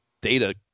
data